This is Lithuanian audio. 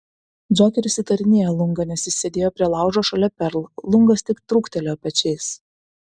džokeris įtarinėja lungą nes jis sėdėjo prie laužo šalia perl lungas tik trūktelėjo pečiais